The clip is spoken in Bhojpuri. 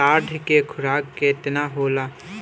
साढ़ के खुराक केतना होला?